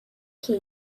key